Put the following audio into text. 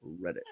Reddit